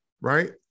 right